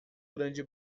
grande